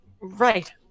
Right